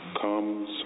comes